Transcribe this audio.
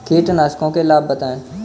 कीटनाशकों के लाभ बताएँ?